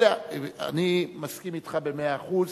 אני מסכים אתך במאה אחוז